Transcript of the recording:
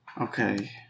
Okay